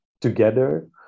together